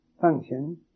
function